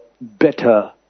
better